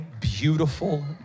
beautiful